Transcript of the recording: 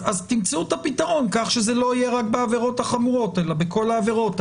אז תמצאו את הפתרון כך שזה לא יהיה רק בעבירות החמורות אלא בכל העבירות.